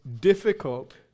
difficult